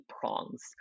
prongs